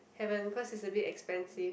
haven't cause it's a bit expensive